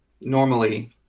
normally